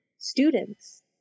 students